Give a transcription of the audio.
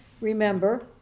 Remember